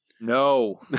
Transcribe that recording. No